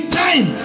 time